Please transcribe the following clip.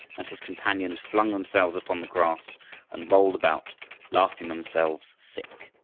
and his companions flung themselves upon the grass and rolled about laughing themselves sick.